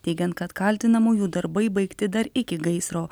teigiant kad kaltinamųjų darbai baigti dar iki gaisro